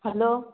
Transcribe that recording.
hello